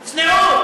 צניעות.